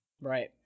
Right